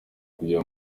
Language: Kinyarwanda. kugira